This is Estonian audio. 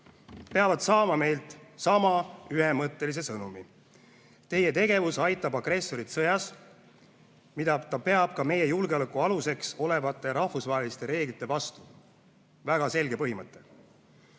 peavad saama meilt ühemõttelise sõnumi: teie tegevus aitab agressorit sõjas, mida ta peab ka meie julgeoleku aluseks olevate rahvusvaheliste reeglite vastu. Väga selge põhimõte.